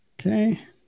Okay